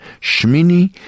Shmini